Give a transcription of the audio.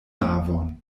navon